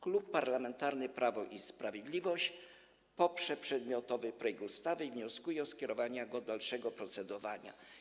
Klub Parlamentarny Prawo i Sprawiedliwość poprze przedmiotowy projekt ustawy i wnioskuje o skierowanie go do dalszego procedowania.